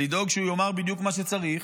לדאוג שהוא יאמר בדיוק את מה שצריך.